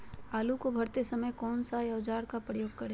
आलू को भरते समय कौन सा औजार का प्रयोग करें?